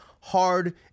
hard